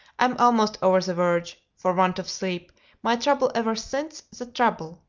i'm almost over the verge for want of sleep my trouble ever since the trouble.